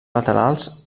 laterals